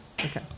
Okay